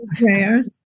prayers